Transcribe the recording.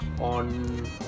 on